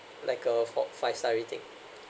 like uh four five star rating